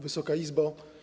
Wysoka Izbo!